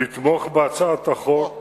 לתמוך בהצעת החוק